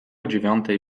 dziewiątej